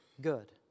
good